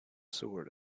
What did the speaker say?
sword